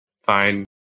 Fine